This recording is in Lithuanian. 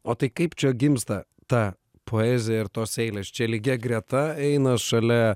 o tai kaip čia gimsta ta poezija ir tos eilės čia lygiagreta eina šalia